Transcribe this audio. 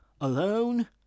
alone